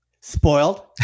Spoiled